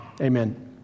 Amen